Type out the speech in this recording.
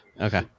Okay